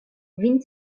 vin